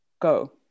Go